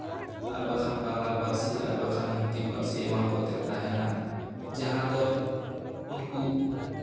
ᱟᱨ ᱵᱟᱠᱷᱟᱱ ᱵᱟᱝᱞᱟ ᱯᱟᱹᱨᱥᱤ ᱟᱨ ᱵᱟᱠᱷᱟᱱ ᱦᱤᱱᱫᱤ ᱯᱟᱹᱨᱥᱤ ᱮᱢᱟᱱ ᱠᱚᱛᱮ ᱛᱟᱦᱮᱱᱟ ᱡᱟᱦᱟᱸ ᱫᱚ ᱩᱱᱠᱩ